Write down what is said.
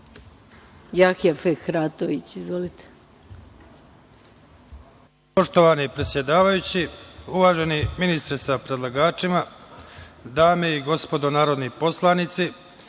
Jahja Fehratović. Izvolite.